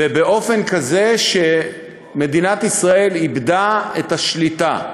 באופן כזה שמדינת ישראל איבדה את השליטה.